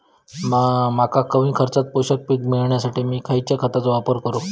मका कमी खर्चात पोषक पीक मिळण्यासाठी मी खैयच्या खतांचो वापर करू?